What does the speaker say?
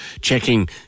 checking